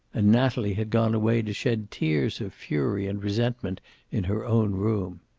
and natalie had gone away to shed tears of fury and resentment in her own room.